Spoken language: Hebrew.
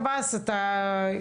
עליו.